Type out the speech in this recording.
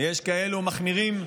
ויש כאלה, המחמירים אצלכם,